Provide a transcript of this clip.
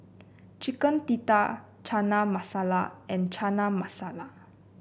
Chicken Tikka Chana Masala and Chana Masala